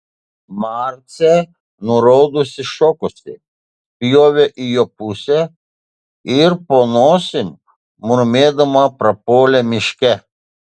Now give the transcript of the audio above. marcė nuraudusi šokosi spjovė į jo pusę ir po nosim murmėdama prapuolė miške